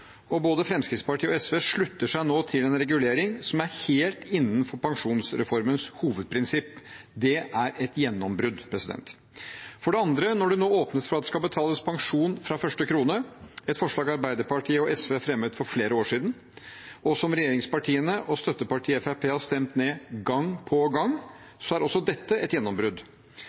og både Fremskrittspartiet og SV slutter seg nå til en regulering som er helt innenfor pensjonsreformens hovedprinsipp. Det er et gjennombrudd. For det andre: Når det nå åpnes for at det skal betales pensjon fra første krone, et forslag Arbeiderpartiet og SV fremmet for flere år siden, og som regjeringspartiene og støttepartiet Fremskrittspartiet har stemt ned gang på gang, er også dette et gjennombrudd.